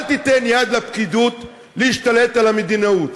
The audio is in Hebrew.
אל תיתן יד לפקידות להשתלט על המדינאות.